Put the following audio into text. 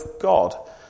God